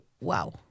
wow